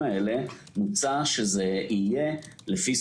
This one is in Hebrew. אנו רוצים להימנע מסיטואציה שאנו ערים לה בתכיפות עולה,